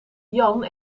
jan